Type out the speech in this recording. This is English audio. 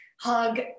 hug